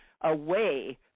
away